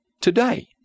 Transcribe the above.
today